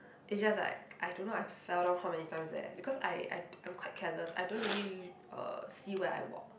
it's just like I don't know I fell down how many times leh because I I I'm quite careless I don't really uh see where I walk